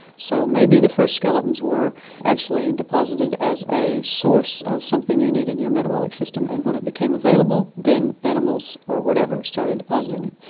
so maybe the first skeletons were actually deposited as a source of something you need in your metabolic system, and when it became available then animals or whatever started depositing it.